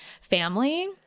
family